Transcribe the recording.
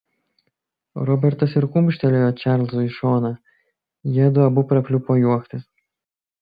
robertas ir kumštelėjo čarlzui į šoną jiedu abu prapliupo juoktis